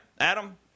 Adam